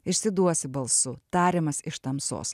išsiduosi balsu tariamas iš tamsos